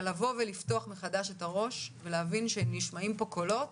אלא לבוא ולפתוח מחדש את הראש ולהבין שנשמעים פה קולות